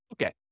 Okay